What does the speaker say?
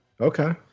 Okay